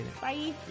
Bye